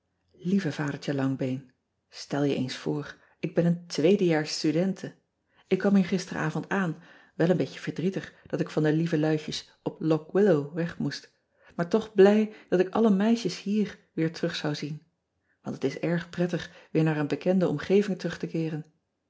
ieve adertje angbeen tel je eens voor ik ben een tweede jaars studente k kwam hier gisteravond aan wel een beetje verdrietig dat ik van de lieve luidjes op ock illow weg moest maar toch blij dat ik alle meisjes hier weer terug zou zien ant het is erg prettig weer naar een bekende omgeving terug te keeren